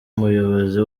umuyobozi